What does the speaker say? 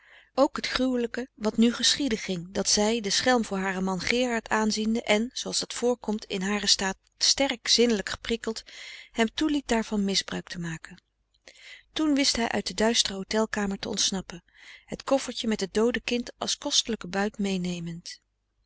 ook het gruwelijke wat nu geschieden ging dat zij den schelm voor haren man gerard aanziende en zooals dat voorkomt in haren staat sterk zinnelijk geprikkeld hem toeliet daarvan misbruik te maken toen wist hij uit de duistere hotelkamer te ontsnappen het koffertje met het doode kind als kostelijken buit meenemend